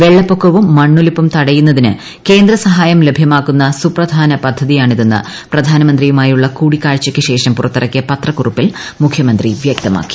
വെള്ളപ്പൊക്കവും മണ്ണൊലിപ്പും തടയുന്നതിന് കേന്ദ്ര സഹായം ലഭ്യമാക്കുന്ന സുപ്രധാന പദ്ധതിയാണിതെന്ന് പ്രധാനമന്ത്രിയുമായുള്ള കൂടിക്കാഴ്ചയ്ക്കു ശേഷം പുറത്തിറക്കിയ പത്രക്കുറിപ്പിൽ മുഖ്യമന്ത്രി വ്യക്തമാക്കി